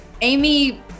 Amy